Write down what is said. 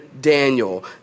Daniel